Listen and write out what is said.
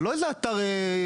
זה לא איזה אתר מדהים.